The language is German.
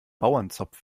bauernzopf